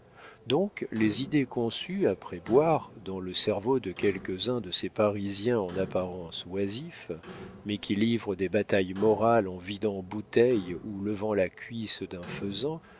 donc les idées conçues après boire dans le cerveau de quelques-uns de ces parisiens en apparence oisifs mais qui livrent des batailles morales en vidant bouteille ou levant la cuisse d'un